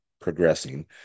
progressing